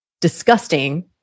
disgusting